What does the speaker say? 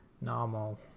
normal